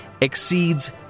exceeds